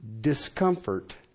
discomfort